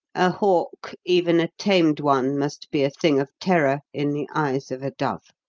a hawk even a tamed one must be a thing of terror in the eyes of a dove.